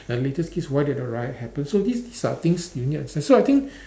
and latest case why did the riot happen so these these are things you need access so I think